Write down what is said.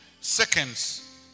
seconds